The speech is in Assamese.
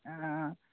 অঁ